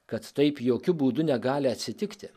kad taip jokiu būdu negali atsitikti